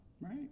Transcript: Right